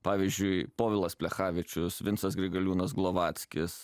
pavyzdžiui povilas plechavičius vincas grigaliūnas glovackis